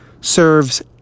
serves